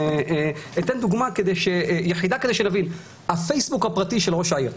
ואתן דוגמה יחידה כדי שנבין: הפייסבוק הפרטי של ראש העיר,